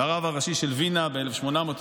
לרב הראשי של וינה ב-1895,